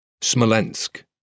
Smolensk